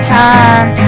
time